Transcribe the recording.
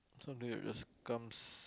some do it we're scums